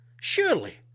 surely